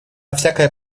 всякое